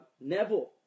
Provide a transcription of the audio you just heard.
Neville